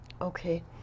Okay